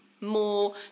more